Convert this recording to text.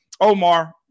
omar